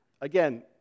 again